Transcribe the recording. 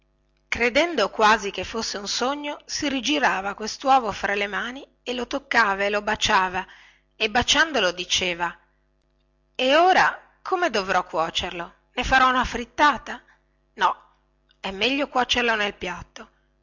credendo quasi che fosse un sogno si rigirava questuovo fra le mani e lo toccava e lo baciava e baciandolo diceva e ora come dovrò cuocerlo ne farò una frittata no è meglio cuocerlo nel piatto